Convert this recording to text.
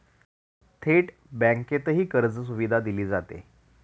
थेट बँकेतही कर्जसुविधा दिली जाते